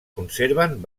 conserven